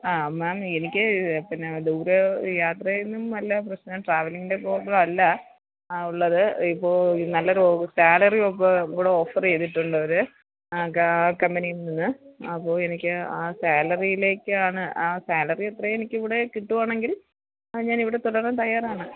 ആ മാം എനിക്ക് പിന്നെ ദൂരെ യാത്ര ചെയ്യുന്നേന്നും അല്ല പ്രശ്നം ട്രാവലിങ്ങിന്റെ പ്രോബ്ലം അല്ല ഉള്ളത് ഇപ്പോള് നല്ലൊരു സാലറി ഇപ്പോള് കൂടെ ഓഫറെയ്തിട്ടുണ്ടവര് ആ ആ കമ്പനിയില് നിന്ന് അപ്പോള് എനിക്ക് ആ സാലറിയിലേക്കാണ് ആ സാലറി അത്രയും എനിക്ക് ഇവിടെ കിട്ടുവാണെങ്കില് ആ ഞാനിവിടെ തുടരാന് തയ്യാറാണ്